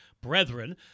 brethren